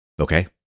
okay